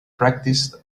practiced